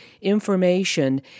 information